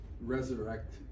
resurrect